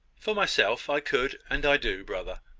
for myself i could and i do, brother.